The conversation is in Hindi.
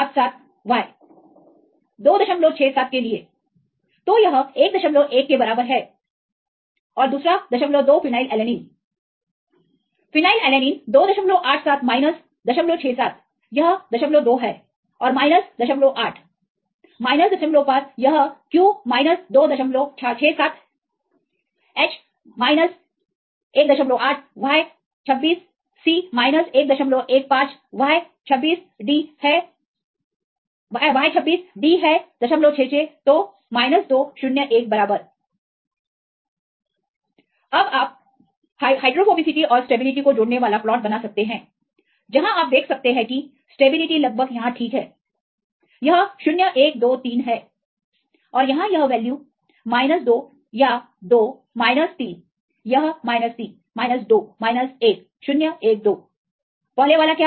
377Y 267 के लिए तो यह 11 के बराबर है और दूसरा 02 फिनाइलएलेनीन फिनाइलएलेनीन 287माइनस 067 यह 02 है और माइनस 08 माइनस05 यहQ 267H 18Y26C 115 Y26D है066 तो 201 बराबर अब आप हाइड्रोफोबिसिटी और स्टेबिलिटी को जोड़ने वाला प्लॉट बना सकते हैं जहां आप देख सकते हैं कि स्टेबिलिटी लगभग यहां ठीक है यह 0 1 2 3 है और यहां यह वैल्यू 2 या 2 3 यह 3 2 1012 पहले वाला क्या है